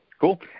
Cool